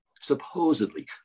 Supposedly